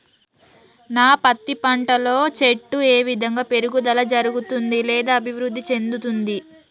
నా పత్తి పంట లో చెట్టు ఏ విధంగా పెరుగుదల జరుగుతుంది లేదా అభివృద్ధి చెందుతుంది?